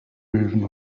löwen